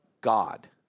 God